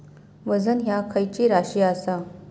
वजन ह्या खैची राशी असा?